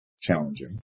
challenging